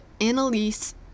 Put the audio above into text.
Annalise